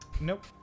Nope